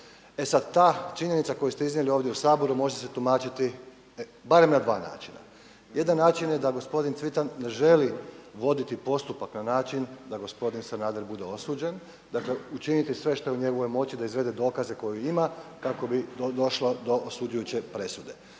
E sad ta činjenica koju ste iznijeli ovdje u Saboru može se tumačiti barem na dva načina. Jedan način je da gospodin Cvitan ne želi voditi postupak na način da gospodin Sanader bude osuđen. Dakle, učiniti sve što je u njegovoj moći da izvede dokaze koje ima kako bi došlo do osuđujuće presude.